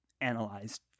analyzed